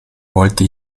wollte